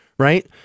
Right